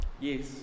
Yes